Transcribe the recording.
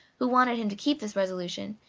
who wanted him to keep this resolution,